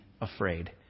afraid